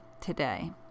today